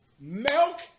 Milk